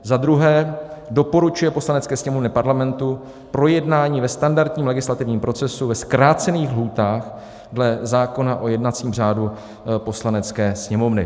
II. doporučuje Poslanecké sněmovně Parlamentu projednání ve standardním legislativním procesu ve zkrácených lhůtách dle zákona o jednacím řádu Poslanecké sněmovny.